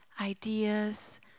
ideas